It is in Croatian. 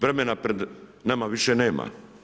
Vremena pred nama više nema.